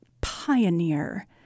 pioneer